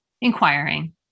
inquiring